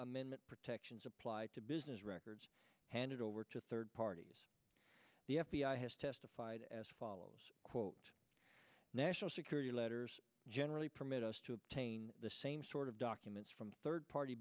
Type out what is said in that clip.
amendment protections applied to business records handed over to third parties the f b i has testified as follows quote national security letters generally permit us to obtain the same sort of documents from third party